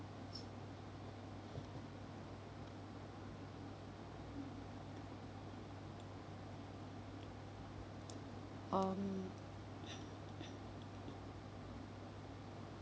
um